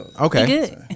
Okay